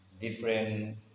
different